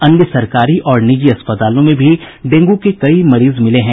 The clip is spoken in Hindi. अन्य सरकारी और निजी अस्पतालों में भी डेंगू के कई मरीज मिले हैं